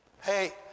hey